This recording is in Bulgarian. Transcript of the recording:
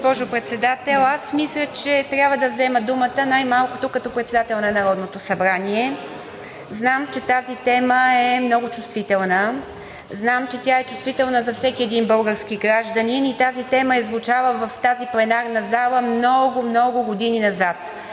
госпожо Председател. Аз мисля, че трябва да взема думата, най-малкото като председател на Народното събрание. Знам, че тази тема е много чувствителна, знам, че тя е чувствителна за всеки един български гражданин, и тази тема е звучала в тази пленарна зала много, много години назад.